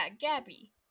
Gabby